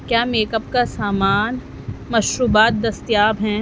کیا میکپ کا سامان مشروبات دستیاب ہیں